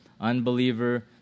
unbeliever